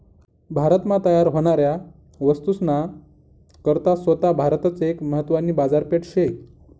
भारत मा तयार व्हनाऱ्या वस्तूस ना करता सोता भारतच एक महत्वानी बाजारपेठ शे